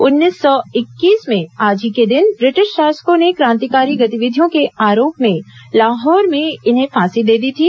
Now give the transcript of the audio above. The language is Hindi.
उन्नीस सौ इकतीस में आज ही के दिन ब्रिटिश शासकों ने क्रांतिकारी गतिविधियों के आरोप में लाहौर में इन्हें फांसी दे दी थी